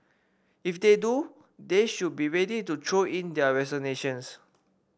if they do they should be ready to throw in their resignations